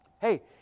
Hey